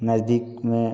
नजदीक में